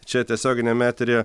čia tiesioginiame eteryje